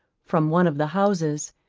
from one of the houses,